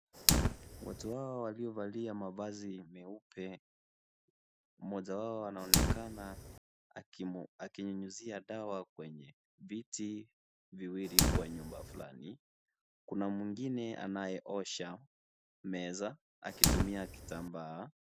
Watu hawa waliovalia mavazi meupe, mmoja wao anaonekana akinyunyizia dawa kwenye viti viwili kwa nyumba fulani. Kuna mwingine anayeosha meza, akitumia kitambaa.